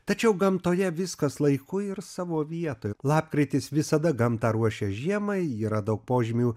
tačiau gamtoje viskas laiku ir savo vietoj lapkritis visada gamtą ruošia žiemai yra daug požymių